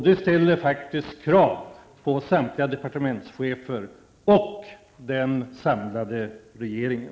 Det ställer krav på samtliga departementschefer och den samlade regeringen.